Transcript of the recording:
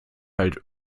halt